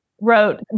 wrote